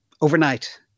Overnight